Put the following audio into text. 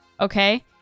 okay